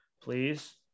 Please